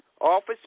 office